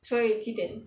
所以几点